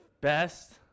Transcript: best